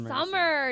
Summer